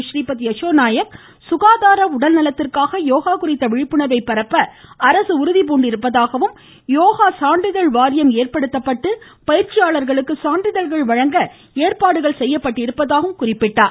றீபத் யசோ நாயக் சுகாதார உடல்நலத்திற்காக யோகா குறித்த விழிப்புணர்வை பரப்ப உறுதிபூண்டிருப்பதாகவும் யோகா சான்றிதழ் ஏற்படுத்தப்பட்டு பயிற்சியாளர்களுக்கு சான்றிதழ்கள் வழங்க ஏற்பாடுகள் செய்யப்பட்டிருப்பதாகவும் அவர் தெரிவித்தார்